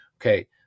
Okay